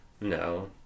No